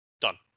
done